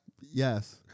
Yes